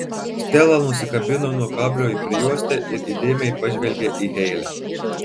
stela nusikabino nuo kablio prijuostę ir įdėmiai pažvelgė į heile